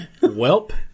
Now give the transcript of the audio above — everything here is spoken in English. Welp